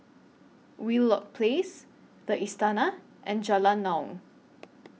Wheelock Place The Istana and Jalan Naung